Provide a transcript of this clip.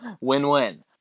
win-win